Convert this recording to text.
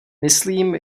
myslím